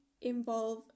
involve